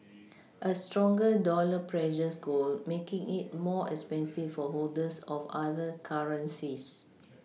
a stronger dollar pressures gold making it more expensive for holders of other currencies